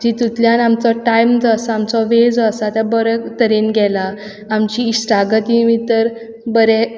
तितूंतल्यान आमचो टायम जो आसा आमचो वेळ जो आसा तो बरें तरेन गेला आमची इश्टागती भितर बरें